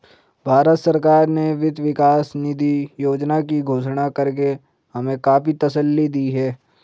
भारत सरकार ने वित्त विकास निधि योजना की घोषणा करके हमें काफी तसल्ली दी है